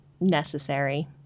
necessary